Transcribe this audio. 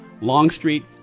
Longstreet